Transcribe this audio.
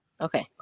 Okay